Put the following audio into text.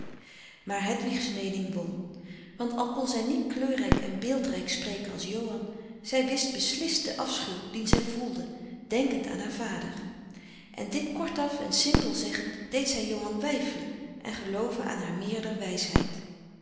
maar hedwigs meening won want al kon zij niet kleurrijk en beeldrijk spreken als johan zij wist beslist den afschuw dien zij voelde denkend aan haar vader en dit kortaf en simpel zeggend deed zij johan weifelen en gelooven aan haar meerder